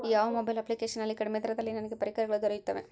ಯಾವ mobile application ನಲ್ಲಿ ಕಡಿಮೆ ದರದಲ್ಲಿ ನನಗೆ ಪರಿಕರಗಳು ದೊರೆಯುತ್ತವೆ?